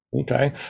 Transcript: Okay